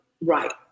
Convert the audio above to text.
Right